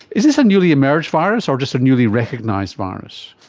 is this a newly emerged virus or just a newly recognised virus?